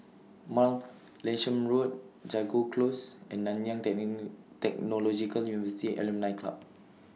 Martlesham Road Jago Close and Nanyang Technological University Alumni Club